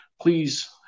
Please